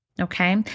Okay